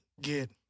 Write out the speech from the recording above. get